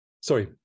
sorry